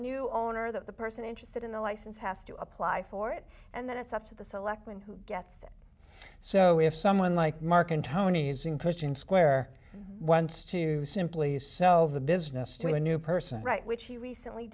new owner that the person interested in the license has to apply for it and then it's up to the selectmen who gets so if someone like mark and tony is in question square once to simply so the business to a new person right which he recently